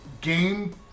game